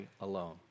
alone